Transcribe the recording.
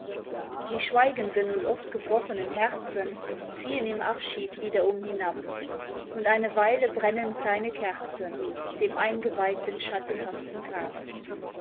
die schweigenden und oft gebrochenen herzen ziehen im abschied wiederum hinab und eine weile brennen kleine kerzen dem eingeweihten schattenhaften grab